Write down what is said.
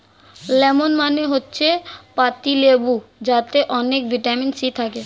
lemon মানে হচ্ছে পাতিলেবু যাতে অনেক ভিটামিন সি থাকে